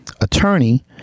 attorney